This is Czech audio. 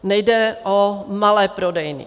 Nejde o malé prodejny.